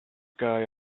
guy